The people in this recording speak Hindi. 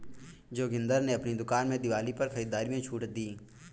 जोगिंदर ने अपनी दुकान में दिवाली पर खरीदारी में छूट दी